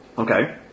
Okay